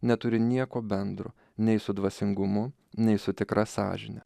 neturi nieko bendro nei su dvasingumu nei su tikra sąžine